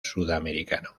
sudamericano